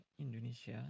Indonesia